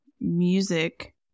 music